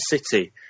City